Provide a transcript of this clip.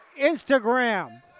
Instagram